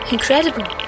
Incredible